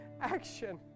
action